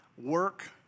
work